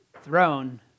throne